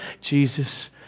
Jesus